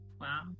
Wow